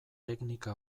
teknika